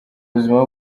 buzima